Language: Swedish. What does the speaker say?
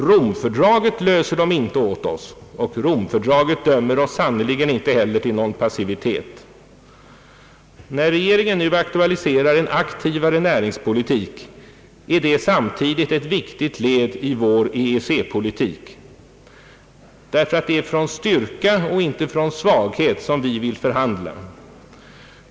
Rom-fördraget löser dem inte åt oss, och Rom-fördraget dömer oss sannerligen inte heller till någon passivitet. När regeringen nu aktualiserar en aktivare näringspolitik är detta samtidigt ett viktigt led i vår EEC-politik. Det är med styrka och inte med svaghet som vi vill förhandla.